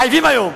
מחייבים היום.